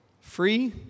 Free